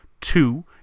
two